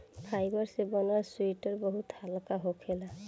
fibre से बनल sweater बहुत हल्का होखेला